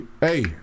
hey